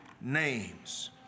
names